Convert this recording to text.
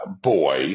boy